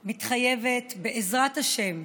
מתחייבת, בעזרת השם,